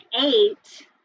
eight